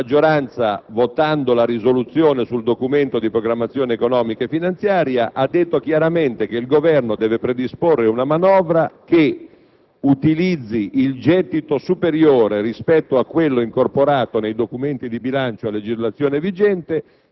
il Senato della Repubblica nella sede propria, la risoluzione sul Documento di programmazione economico-finanziaria, tuttora valida, ha espresso un indirizzo molto preciso e molto chiaro. In tema di pressione fiscale